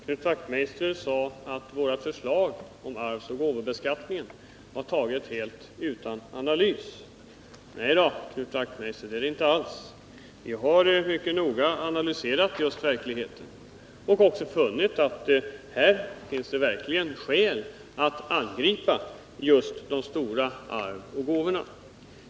Herr talman! Knut Wachtmeister sade att våra förslag om arvsoch gåvobeskattning framlagts helt utan någon analys. Nej då, Knut Wachtmeister, så är det inte alls. Vi har mycket noga analyserat verkligheten och funnit att här finns skäl att angripa just de stora arven och gåvorna.